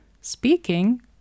speaking